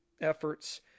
efforts